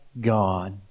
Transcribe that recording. God